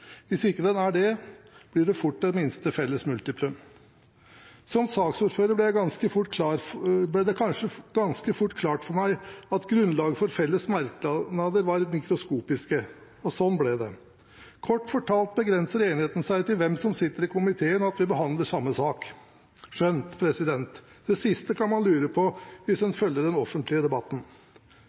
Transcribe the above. Hvis ikke den er det, blir det fort et minste felles multiplum. For meg som saksordfører ble det ganske fort klart at grunnlaget for felles merknader var mikroskopisk – og sånn ble det. Kort fortalt begrenser enigheten seg til hvem som sitter i komiteen, og at vi behandler samme sak. Skjønt – det siste kan man lure på hvis en følger den offentlige debatten.